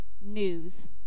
news